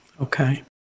Okay